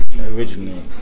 originally